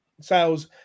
sales